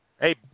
Hey